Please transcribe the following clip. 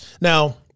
Now